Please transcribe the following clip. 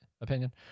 opinion